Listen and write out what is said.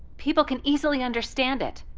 people can easily understand it.